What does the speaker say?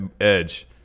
Edge